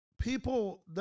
people